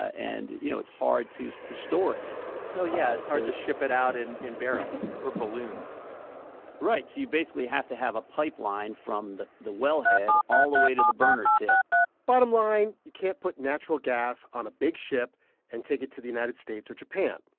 and, you know, it's hard to to store it well, yeah. it's hard to ship it out in in barrels or balloons right. so you basically have to have a pipeline from the the wellhead all the way to the burner tip bottom line you can't put natural gas on a big ship and take it to the united states or japan,